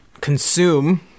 consume